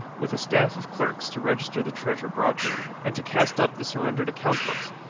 with a staff of clerks to register the treasure brought in and to cast up the surrendered account-books,